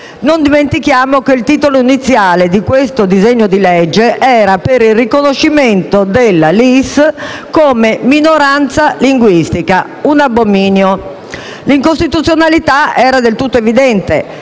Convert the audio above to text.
Non dimentichiamo che il titolo iniziale di questo disegno di legge prevedeva il riconoscimento della LIS come minoranza linguistica: un abominio. L'incostituzionalità era del tutto evidente: